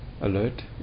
alert